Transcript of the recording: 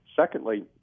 Secondly